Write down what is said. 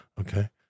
okay